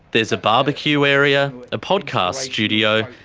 there's a barbeque area, a podcast studio,